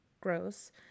gross